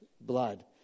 blood